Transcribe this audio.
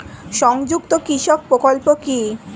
সংযুক্ত কৃষক প্রকল্প কি?